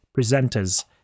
presenters